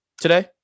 today